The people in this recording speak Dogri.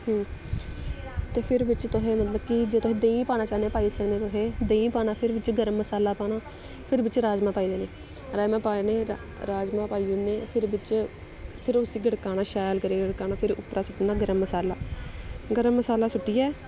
ते फिर बिच्च तुसें मतलब कि जे तुस देहीं पाना चाह्न्ने पाई सकने तुस देहीं पाना फिर बिच्च गर्म मसाला पाना फिर बिच्च राजमांह् पाई देने राजमांह् पाने राजमांह् पाई ओड़ने फिर बिच्च फिर उसी गड़काना शैल करियै गड़काना फिर उप्परा सुट्टना गर्म मसाला गर्म मसाला सुट्टियै